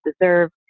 deserve